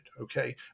okay